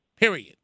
Period